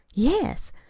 yes.